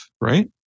right